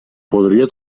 podria